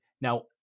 now